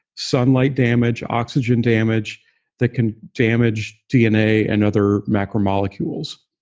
sunlight damage, oxygen damage that can damage dna and other macromolecules.